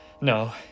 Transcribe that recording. no